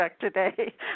today